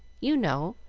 you know,